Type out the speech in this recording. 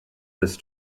this